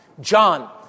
John